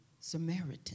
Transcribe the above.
Samaritan